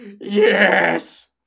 yes